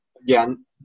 Again